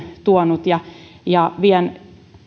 tuonutkin ja ja vien